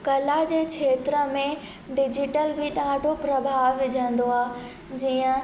कला जे खेत्र में डिजिटल बि ॾाढो प्रभाव विझंदो आहे जीअं